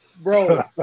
Bro